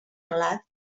relat